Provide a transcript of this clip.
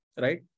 right